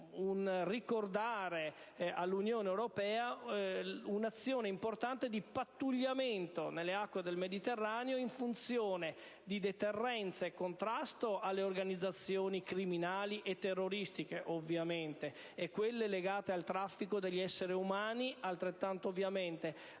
ricordata all'Unione europea l'importante azione di pattugliamento nelle acque del Mediterraneo in funzione di deterrenza e contrasto alle organizzazioni criminali e terroristiche, ovviamente (e a quelle legate al traffico di esseri umani, altrettanto ovviamente),